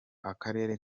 akarere